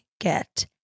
get